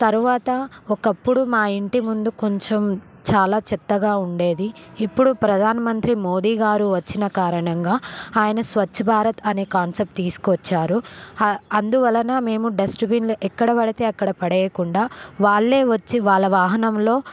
తరువాత ఒకప్పుడు మా ఇంటి ముందు కొంచుం చాలా చెత్తగా ఉండేది ఇప్పుడు ప్రధానమంత్రి మోదీగారు వచ్చిన కారణంగా ఆయన స్వచ్ఛభారత్ అనే కాన్సెప్ట్ తీసుకువచ్చారు అందువలన మేము డస్ట్బిన్లు ఎక్కడబడితే అక్కడ పడేయకుండా వాళ్ళే వచ్చి వాళ్ళ వాహనంలో